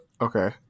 okay